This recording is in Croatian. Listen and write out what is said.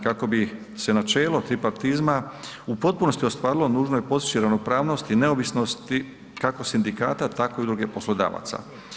Kako bi se načelo tripartizma u potpunosti ostvarilo nužno je postići ravnopravnost i neovisnost kako sindikata tako i udruge poslodavaca.